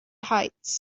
heights